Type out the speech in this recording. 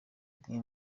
bimwe